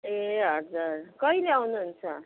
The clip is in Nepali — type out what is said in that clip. ए हजुर कहिले आउनुहुन्छ